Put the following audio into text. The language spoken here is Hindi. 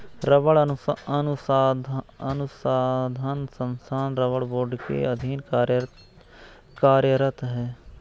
रबड़ अनुसंधान संस्थान रबड़ बोर्ड के अधीन कार्यरत है